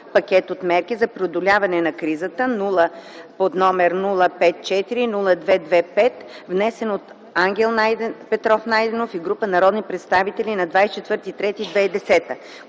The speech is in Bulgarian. пакет от мерки за преодоляване на кризата под № 054-02-25, внесен от Ангел Петров Найденов и група народни представители на 23.03.2010